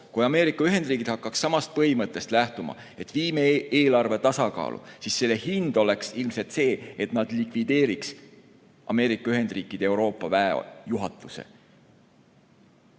Kui Ameerika Ühendriigid hakkaks samast põhimõttest lähtuma, et viime eelarve tasakaalu, siis selle hind oleks ilmselt see, et nad likvideeriks Ameerika Ühendriikide Euroopa väejuhatuse.